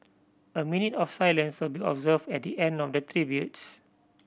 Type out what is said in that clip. a minute of silence will be observed at the end of the tributes